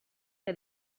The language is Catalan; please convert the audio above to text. que